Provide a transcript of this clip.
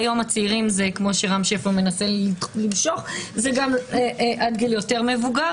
והיום הצעירים זה גם עד גיל יותר מבוגר,